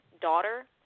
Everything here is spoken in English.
daughter